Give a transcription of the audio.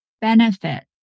benefit